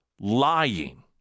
lying